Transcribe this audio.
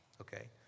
okay